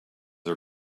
are